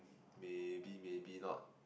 maybe maybe not